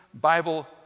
Bible